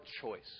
choice